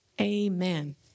Amen